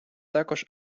також